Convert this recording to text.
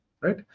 right